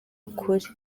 ukuri